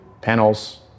panels